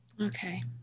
Okay